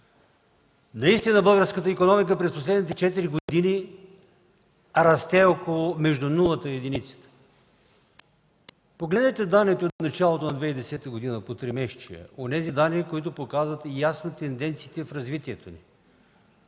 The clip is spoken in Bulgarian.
Наистина българската икономика през последните четири години расте между нулата и единицата. Погледнете данните от началото на 2010 г. по тримесечия – онези данни, които показват ясно тенденциите в развитието й.